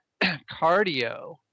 cardio